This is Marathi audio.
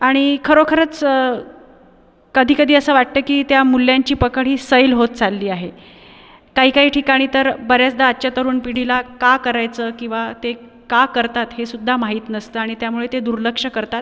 आणि खरोखरंच कधी कधी असं वाटतं की त्या मूल्यांची पकड ही सैल होत चालली आहे काही काही ठिकाणी तर बऱ्याचदा आजच्या तरुण पिढीला का करायचं किंवा ते का करतात हे सुद्धा माहीत नसतं आणि त्यामुळे ते दुर्लक्ष करतात